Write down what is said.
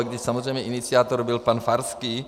I když samozřejmě iniciátor byl pan Farský.